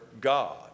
God